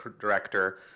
director